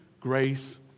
grace